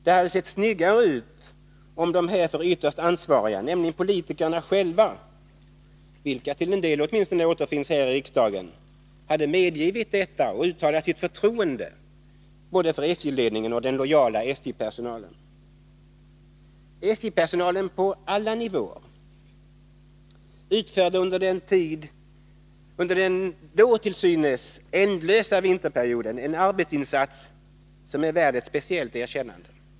Det hade sett snyggare ut om de härför ytterst ansvariga, nämligen politikerna själva, vilka åtminstone till en del återfinns här i riksdagen, hade medgivit detta och uttalat sitt förtroende både för SJ-ledningen och för den lojala SJ-personalen. SJ-personalen på alla nivåer utförde under den då till synes ändlösa vinterperioden en arbetsinsats som är värd ett speciellt erkännande.